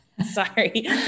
Sorry